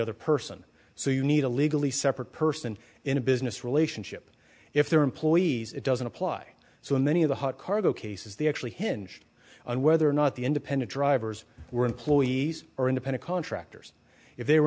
other person so you need a legally separate person in a business relationship if their employees it doesn't apply so in many of the cargo cases they actually hinge on whether or not the independent drivers were employees or independent contractors if they were